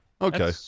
Okay